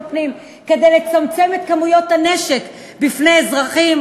פנים כדי לצמצם את כמויות הנשק שבידי אזרחים.